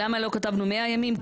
למה לא כתבנו 100 ימים?